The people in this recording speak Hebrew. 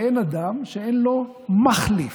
שאין אדם שאין לו מחליף.